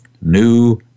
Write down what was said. new